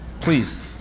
please